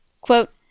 Quote